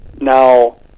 now